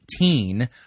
18